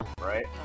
Right